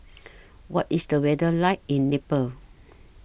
What IS The weather like in Nepal